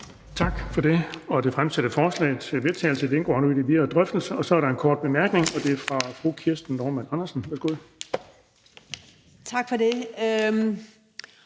Tak for det.